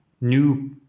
New